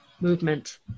Movement